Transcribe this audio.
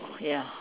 ya